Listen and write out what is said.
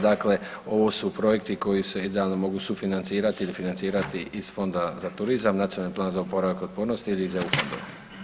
Dakle, ovo su projekti koji se idealno mogu sufinancirati ili financirati iz Fonda za turizam, Nacionalni plan za oporavak i otpornost ili iz EU fondova.